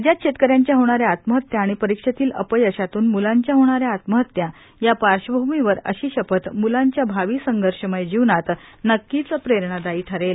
राज्यात शेतकऱ्यांच्या होणाऱ्या आत्महत्या आणि परीक्षेतील अपयशातून मुलांच्या होणाऱ्या आत्महत्या या पार्श्वभूमीवर अशी शपथ म्लांच्या भावी संघर्षमय जीवनात नक्कीच प्रेरणादायी ठरेल